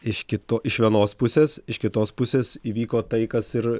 iš kito iš vienos pusės iš kitos pusės įvyko tai kas ir